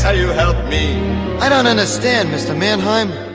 ah you help me i don't understand, mr. manheim.